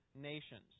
nations